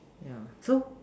yeah so